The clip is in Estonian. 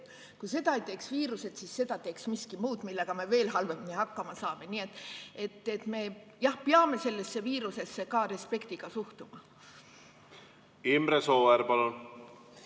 Kui seda ei teeks viirused, siis seda teeks miski muu, millega me veel halvemini hakkama saame. Nii et me peame sellesse viirusesse respektiga suhtuma. Imre Sooäär,